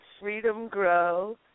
freedomgrow